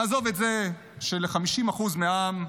נעזוב את זה, של-50% מהעם,